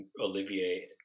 Olivier